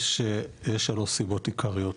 יש שלוש סיבות עיקריות,